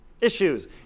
Issues